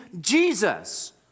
Jesus